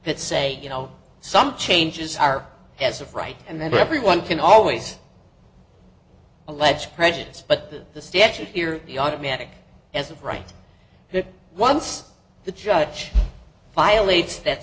that say you know some changes are as of right and then everyone can always allege prejudice but the statute here the automatic as of right once the judge violates that